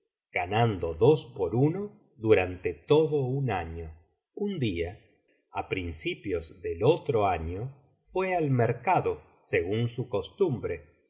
ganando dos por uno durante todo un año biblioteca valenciana generalitat valenciana las mil noches y una noche un día á principios del otro año fué al mercado según su costumbre